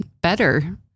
better